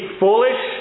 foolish